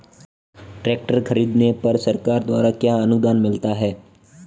Tractor खरीदने पर सरकार द्वारा क्या अनुदान मिलता है?